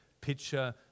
picture